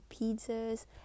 pizzas